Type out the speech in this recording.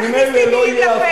אל תכניס לי מלים לפה.